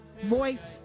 Voice